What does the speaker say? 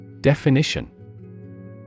Definition